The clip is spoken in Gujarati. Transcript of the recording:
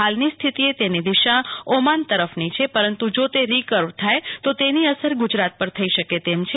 હાલની સ્થિતિએ તેની દિશા ઓમાન તરફ છે પરંતુ તે રી કરવ થાય તો તેની અસર ગુજરાત પર થઇ શકે તેમ છે